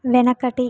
వెనకటి